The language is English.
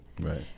Right